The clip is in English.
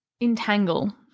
Entangle